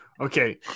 Okay